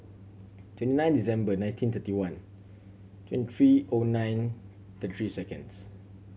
twenty nine December nineteen thirty one twenty three O nine thirty three seconds